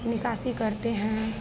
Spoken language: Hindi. निकासी करते हैं